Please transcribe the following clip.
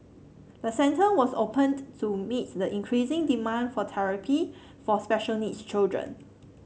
the centre was opened to meet the increasing demand for therapy for special needs children